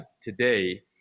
today